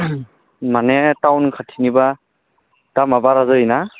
माने टाउन खाथिनिबा दामा बारा जायोना